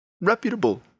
reputable